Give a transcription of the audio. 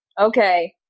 Okay